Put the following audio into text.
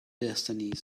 destinies